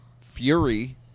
Fury